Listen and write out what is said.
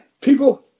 People